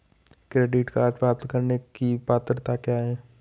Credit card प्राप्त करने की पात्रता क्या है?